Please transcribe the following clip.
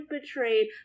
betrayed